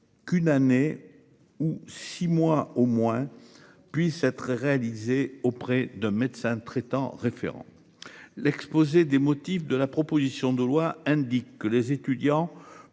Qu'une année où six mois au moins. Puisse être réalisée auprès d'un médecin traitant référent l'exposé des motifs de la proposition de loi indique que les étudiants